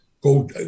go